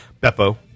Beppo